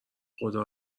خدا